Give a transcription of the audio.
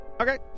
Okay